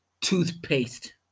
toothpaste